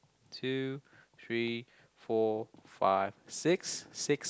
two three four five six six